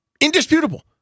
indisputable